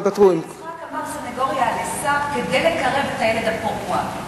יצחק אמר סניגוריה על עשו כדי לקרב את הילד הפרוע,